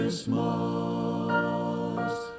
Christmas